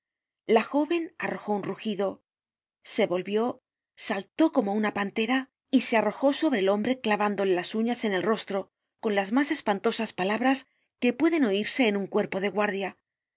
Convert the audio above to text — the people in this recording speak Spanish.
la jóven arrojó un rugido se volvió saltó como una pantera y se arrojó sobre el hombre clavándole las uñas en el rostro con las mas espantosas palabras que pueden oirse en un cuerpo de guardia